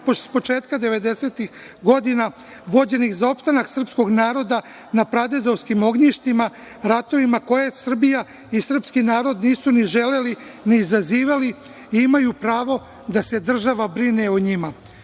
početka devedesetih godina vođenih za opstanak srpskog naroda na pradedovskim ognjištima, ratovima koje Srbija i srpski narod nisu ni želeli, ni izazivali, imaju pravo da se država brine o njima. Dugo